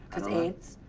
aids?